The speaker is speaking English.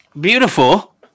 beautiful